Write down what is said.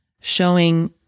showing